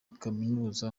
kaminuza